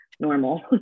normal